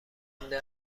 کننده